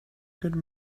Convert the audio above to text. good